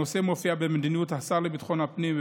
הנושא מופיע במדיניות השר לביטחון הפנים,